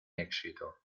éxito